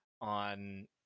On